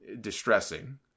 distressing